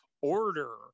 Order